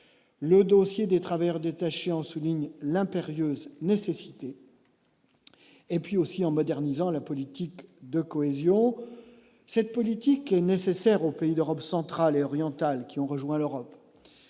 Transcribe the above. le dossier des travailleurs détachés en soulignent l'impérieuse nécessité. Et puis aussi en modernisant la politique de cohésion, cette politique est nécessaire aux pays d'Europe centrale et orientale qui ont rejoint l'Europe